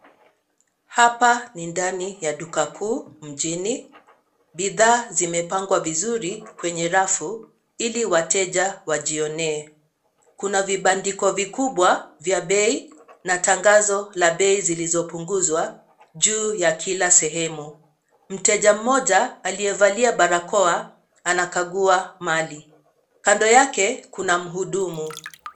Hapa ni ndani ya dukakuu mjini. Bidhaa zimepangwa vizuri kwenye rafu ili wateja wajionee. Kuna vibandiko vikubwa vya bei na tangazo la bei zilizopunguzwa juu ya kila sehemu. Mteja mmoja aliyevalia barakoa anakagua mali. Kando yake kuna mhudumu.